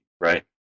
right